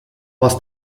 was